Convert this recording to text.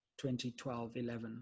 2012-11